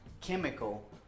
chemical